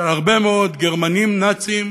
שבה הרבה מאוד גרמנים נאצים